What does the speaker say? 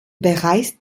bereits